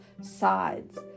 sides